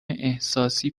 احساسی